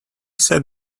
sat